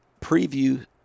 preview